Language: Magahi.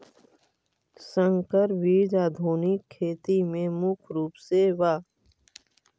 संकर बीज आधुनिक खेती में मुख्य रूप से बा